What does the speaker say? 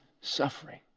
suffering